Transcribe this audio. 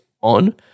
on